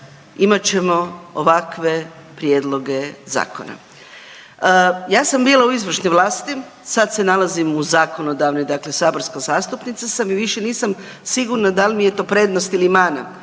imat ćemo ovakve prijedloge zakona. Ja sam bila u izvršnoj vlasti, sad se nalazim u zakonodavnoj, dakle saborska zastupnica i više nisam sigurna da li mi je to prednost ili mana,